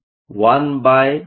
ಈ 4